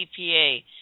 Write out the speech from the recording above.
EPA